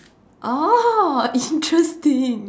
oh interesting